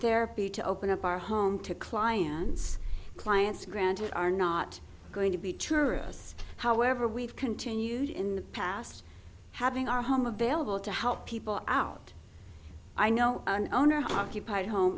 be to open up our home to clients clients granted are not going to be tourists however we've continued in the past having our home available to help people out i know owner occupied home